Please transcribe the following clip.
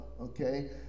Okay